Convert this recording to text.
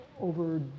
over